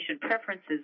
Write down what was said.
preferences